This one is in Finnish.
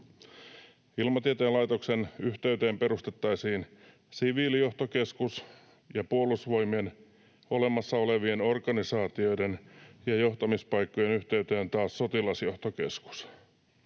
Ilmatieteen laitoksen yhteyteen perustettaisiin siviilijohtokeskus ja Puolustusvoimien olemassa olevien organisaatioiden ja johtamispaikkojen yhteyteen taas sotilasjohtokeskus.